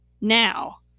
Now